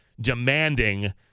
demanding